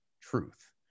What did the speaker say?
truth